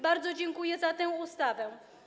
Bardzo dziękuję za tę ustawę.